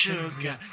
Sugar